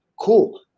cool